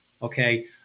Okay